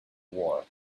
war